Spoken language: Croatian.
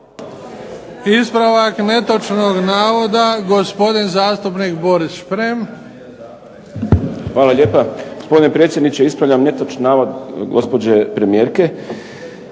Ispravak netočnog navoda, gospodin zastupnik Boris Šprem. **Šprem, Boris (SDP)** Hvala lijepa. Gospodine predsjedniče ispravljam netočan navod gospođe premijerke,